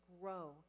grow